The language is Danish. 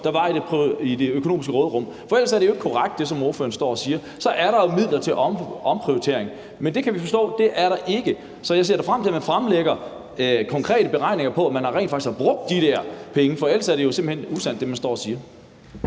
der var i det økonomiske råderum. For ellers er det, som ordføreren står og siger, jo ikke korrekt. For så er der jo midler til omprioritering, men det kan vi forstå der ikke er. Så jeg ser da frem til, at man fremlægger konkrete beregninger på, at man rent faktisk har brugt de der penge. For ellers er det, som man står og siger,